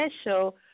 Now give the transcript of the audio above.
special